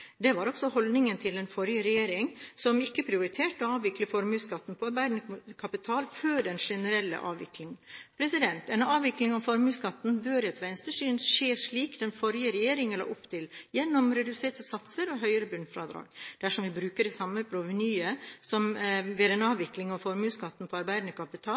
Det var også holdningen til den forrige regjeringen, som ikke prioriterte å avvikle formuesskatten på arbeidende kapital før en generell avvikling. En avvikling av formuesskatten bør etter Venstres syn skje slik den forrige regjeringen la opp til, gjennom reduserte satser og høyere bunnfradrag. Dersom vi bruker det samme provenyet som ved en avvikling av formuesskatten på arbeidende kapital